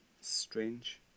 Strange